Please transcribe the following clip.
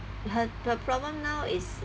her her problem now is